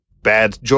bad